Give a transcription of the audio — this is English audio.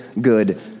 good